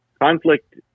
conflict